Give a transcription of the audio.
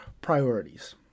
priorities